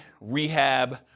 rehab